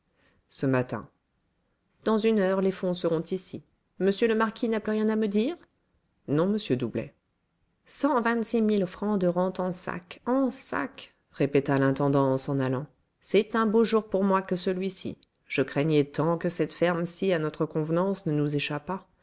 ce matin dans une heure les fonds seront ici monsieur le marquis n'a plus rien à me dire non monsieur doublet cent vingt-six mille francs de rente en sacs en sacs répéta l'intendant en s'en allant c'est un beau jour pour moi que celui-ci je craignais tant que cette ferme si à notre convenance ne nous échappât